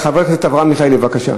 חבר הכנסת אברהם מיכאלי, בבקשה.